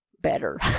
better